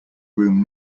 room